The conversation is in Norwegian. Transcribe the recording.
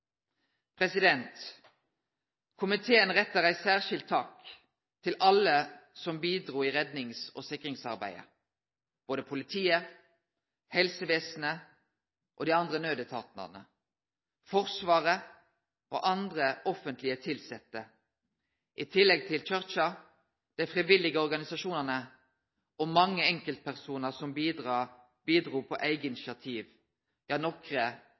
Komiteen retter ei særskild takk til alle som bidrog i rednings- og sikringsarbeidet, både politiet, helsevesenet og dei andre nødetatane, Forsvaret og andre offentlege tilsette, i tillegg til Kyrkja, dei frivillige organisasjonane og mange enkeltpersonar som bidrog på eige initiativ – nokre